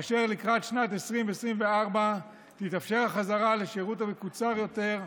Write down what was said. ולקראת שנת 2024 תתאפשר החזרה לשירות המקוצר יותר,